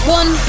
one